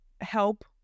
help